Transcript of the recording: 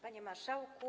Panie Marszałku!